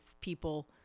people